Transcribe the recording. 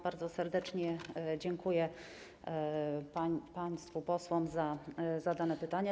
Bardzo serdecznie dziękuję państwu posłom za zadane pytania.